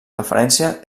referència